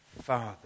Father